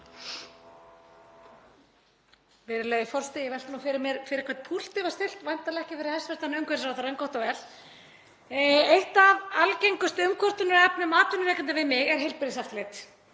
Eitt af algengustu umkvörtunarefnum atvinnurekenda við mig er heilbrigðiseftirlit.